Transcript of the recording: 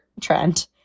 trend